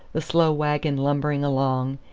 the slow wagon lumbering along,